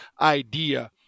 idea